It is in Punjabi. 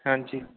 ਹਾਂਜੀ